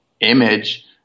image